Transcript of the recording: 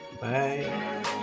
Bye